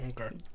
Okay